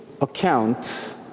account